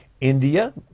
India